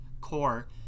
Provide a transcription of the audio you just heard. core